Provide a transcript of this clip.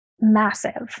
massive